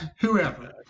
whoever